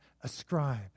ascribe